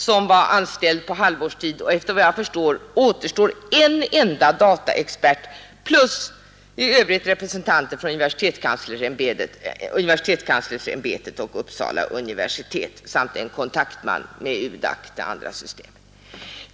Han var anställd på halvtid och efter vad jag förstår återstår en enda dataexpert plus i övrigt representanter för universitetskanslersämbetet och Uppsala universitet samt en kontaktman med UDAC, det andra systemet.